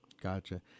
Gotcha